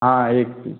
हाँ एक पीस